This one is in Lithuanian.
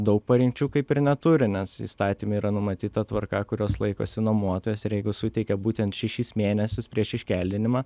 daug parinkčių kaip ir neturi nes įstatyme yra numatyta tvarka kurios laikosi nuomotojas ir jeigu suteikia būtent šešis mėnesius prieš iškeldinimą